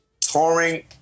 touring